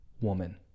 woman